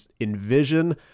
envision